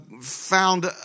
found